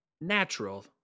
natural